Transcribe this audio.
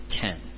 ten